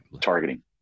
targeting